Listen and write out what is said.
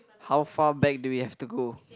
how far back do we have to go